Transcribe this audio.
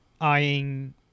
eyeing